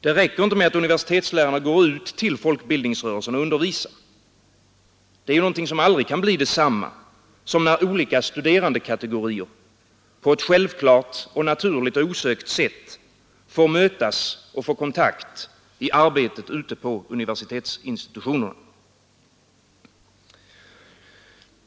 Det räcker inte med att universitetslärarna går ut till folkbildningsrörelsen och undervisar. Det kan aldrig bli detsamma som när olika studerandekategorier på ett självklart, naturligt och osökt sätt får mötas och får kontakt i arbetet ute på universitetsinstitutionerna.